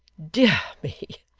dear me,